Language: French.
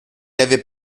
avait